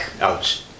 ouch